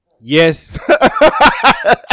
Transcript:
Yes